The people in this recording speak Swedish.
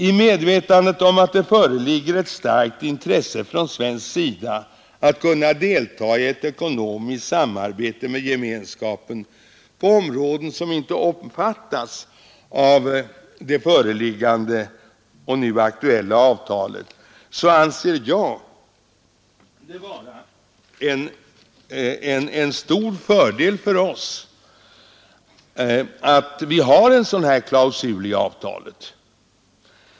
I medvetandet om att det föreligger ett starkt intresse från svensk sida att kunna delta i ett ekonomiskt samarbete med gemenskapen på områden, som inte omfattas av det föreliggande och nu aktuella avtalet, anser jag det vara en stor fördel för oss att vi har en sådan här klausul i avtalet.